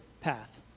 path